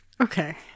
Okay